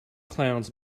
clowns